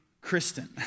Kristen